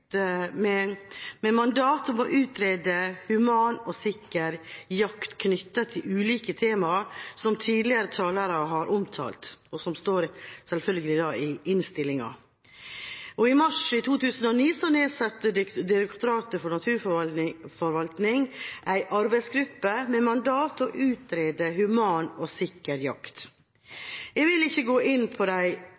med mandat å utrede human og sikker jakt knyttet til ulike temaer, som tidligere talere har omtalt, og som selvfølgelig står i innstillinga. Jeg vil ikke gå inn på de enkelte temaene og forslagene, men jeg vil uttrykke at Kristelig Folkeparti støtter en enstemmig vurdering og